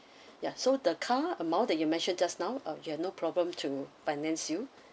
ya so the car amount that you mentioned just now ah you have no problem to finance you